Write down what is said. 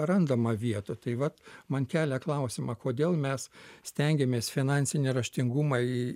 randama vietų tai vat man kelia klausimą kodėl mes stengiamės finansinį raštingumą į